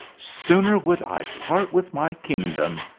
sooner would i part with my kingdom!